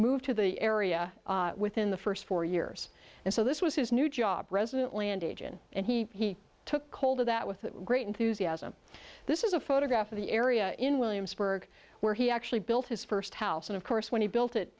moved to the area within the first four years and so this was his new job president landing agent and he took hold of that with great enthusiasm this is a photograph of the area in williamsburg where he actually built his first house and of course when he built it